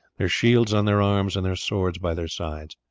their shields on their arms, and their swords by their sides.